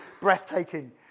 breathtaking